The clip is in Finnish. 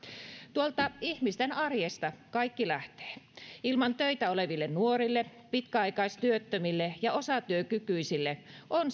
tuolta ihmisten arjesta kaikki lähtee ilman töitä oleville nuorille pitkäaikaistyöttömille ja osatyökykyisille on